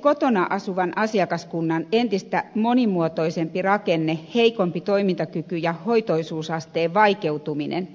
kotona asuvan asiakaskunnan entistä monimuotoisempi rakenne heikompi toimintakyky ja hoitoisuusasteen vaikeutuminen